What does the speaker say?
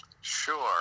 sure